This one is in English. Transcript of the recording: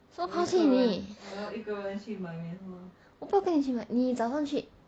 什么抛弃你我不要跟你一起买你早上去